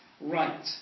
right